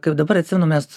kaip dabar atsimenu mes